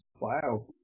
Wow